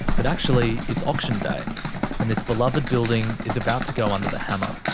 but actually it's auction day and this beloved building is about to go under the hammer.